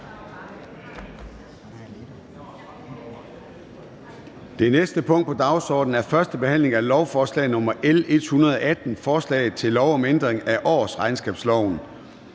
Det næste punkt på dagsordenen er: 5) 1. behandling af lovforslag nr. L 126: Forslag til lov om ændring af lov